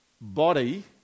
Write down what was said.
body